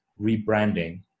rebranding